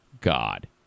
God